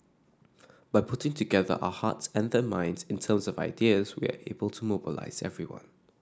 by putting together our hearts and their minds in terms of ideas we are able to mobilise everyone